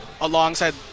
alongside